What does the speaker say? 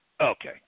Okay